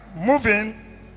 moving